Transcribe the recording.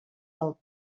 del